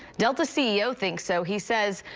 delta ceo thinks so. he says,